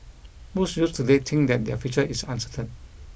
most youths today think that their future is uncertain